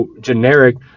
generic